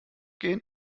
gehen